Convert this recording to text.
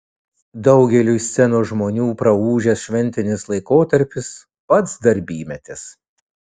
daugeliui scenos žmonių praūžęs šventinis laikotarpis pats darbymetis